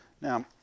Now